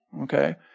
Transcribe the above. okay